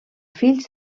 fills